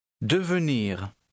Devenir